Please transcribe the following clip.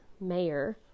mayor